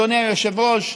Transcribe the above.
אדוני היושב-ראש,